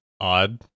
Odd